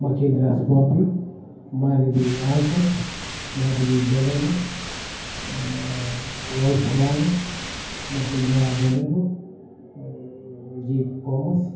Mahindra scorpio Maruti alto Maruti Baleno Volkswagen Mahindra bolero jeep compass